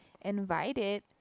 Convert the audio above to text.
invited